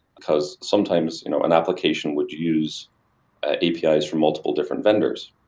because sometimes you know an application would use apis from multiple different vendors